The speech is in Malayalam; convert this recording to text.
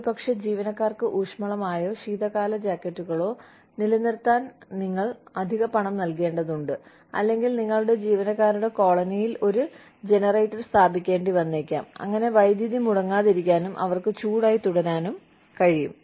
ഒരുപക്ഷേ ജീവനക്കാർക്ക് ഊഷ്മളമായോ ശീതകാല ജാക്കറ്റുകളോ നിലനിർത്താൻ നിങ്ങൾ അധിക പണം നൽകേണ്ടതുണ്ട് അല്ലെങ്കിൽ നിങ്ങളുടെ ജീവനക്കാരുടെ കോളനിയിൽ ഒരു ജനറേറ്റർ സ്ഥാപിക്കേണ്ടി വന്നേക്കാം അങ്ങനെ വൈദ്യുതി മുടങ്ങാതിരിക്കാനും അവർക്ക് ചൂടായി തുടരാനും കഴിയും